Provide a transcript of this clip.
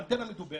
האנטנה המדוברת,